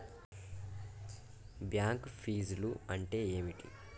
Bank ఫీజ్లు అంటే ఏమిటి?